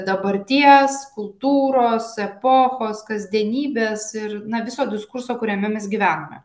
dabarties kultūros epochos kasdienybės ir viso diskurso kuriame mes gyvename